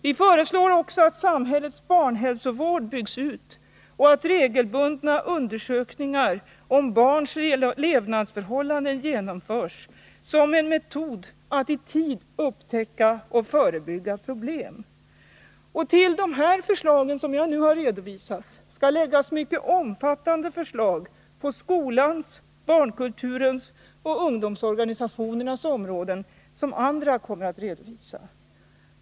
Vi föreslår också att samhällets barnhälsovård byggs ut och att regelbundna undersökningar om barns levnadsförhållanden genomförs som en metod att i tid upptäcka och förebygga problem. Till de förslag jag här har redovisat skall läggas mycket omfattande förslag på skolans, barnkulturens och ungdomsorganisationernas områden, som andra talare kommer att redogöra för.